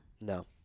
No